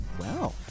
Wow